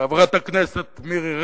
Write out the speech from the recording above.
חברת הכנסת מירי רגב,